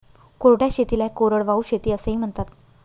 कोरड्या शेतीला कोरडवाहू शेती असेही म्हणतात